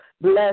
Bless